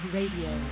Radio